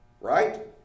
Right